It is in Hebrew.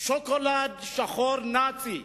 שוקולד שחור נאצי,